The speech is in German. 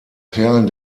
perlen